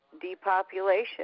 depopulation